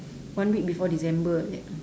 one week before december like that